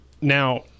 Now